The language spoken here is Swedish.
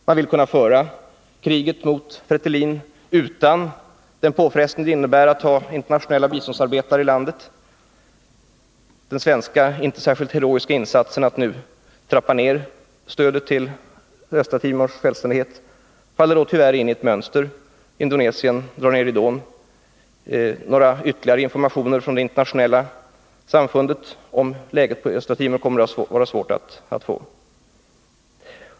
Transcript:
Man vill kunna föra kriget mot FRETILIN utan den påfrestning det innebär att ha internationella biståndsarbetare i landet. Den svenska, inte särskilt heroiska, åtgärden att nu trappa ned stödet till Östra Timors självständighet faller då tyvärr in i ett mönster — Indonesien drar ned ridån; några ytterligare informationer från det internationella samfundet om läget på Östra Timor kommer att bli svåra att få.